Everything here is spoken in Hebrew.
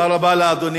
תודה רבה לאדוני.